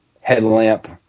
headlamp